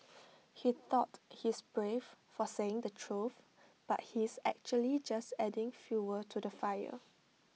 he thought he is brave for saying the truth but he is actually just adding fuel to the fire